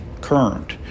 current